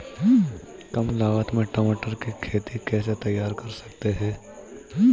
कम लागत में टमाटर की खेती कैसे तैयार कर सकते हैं?